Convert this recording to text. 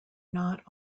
not